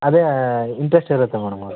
ಅದೇ ಇಂಟ್ರಸ್ಟ್ ಇರುತ್ತೆ ಮೇಡಮ್ ಅದು